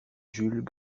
jules